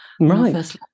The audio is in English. Right